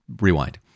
rewind